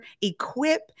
equip